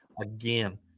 Again